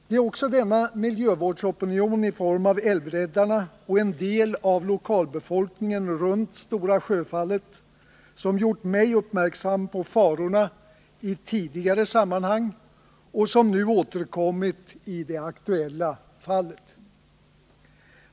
Det är också denna miljövårdsopinion i form av Älvräddarna och en del av lokalbefolkningen runt Stora Sjöfallet som gjort mig uppmärksam på farorna i tidigare sammanhang och som nu återkommit i det aktuella fallet.